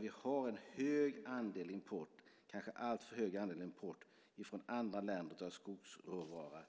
Vi har en hög andel import, kanske alltför hög andel import från andra länder av skogsråvara,